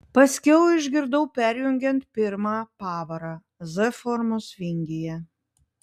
paskiau išgirdau perjungiant pirmą pavarą z formos vingyje